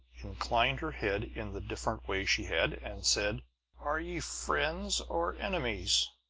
inclined her head in the diffident way she had, and said are ye friends or enemies?